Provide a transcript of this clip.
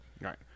Right